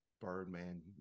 Birdman